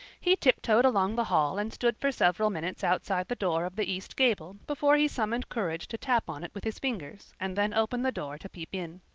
he tiptoed along the hall and stood for several minutes outside the door of the east gable before he summoned courage to tap on it with his fingers and then open the door to peep in.